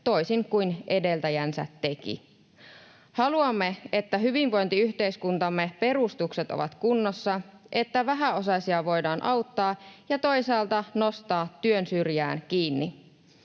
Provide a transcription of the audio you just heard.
toisin kuin edeltäjänsä teki. Haluamme, että hyvinvointiyhteiskuntamme perustukset ovat kunnossa, että vähäosaisia voidaan auttaa ja toisaalta nostaa työn syrjään kiinni.